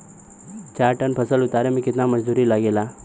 चार टन फसल उतारे में कितना मजदूरी लागेला?